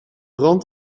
rand